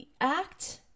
Act